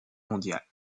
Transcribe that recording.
mondiale